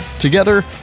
Together